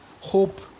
hope